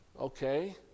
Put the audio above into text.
Okay